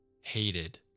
hated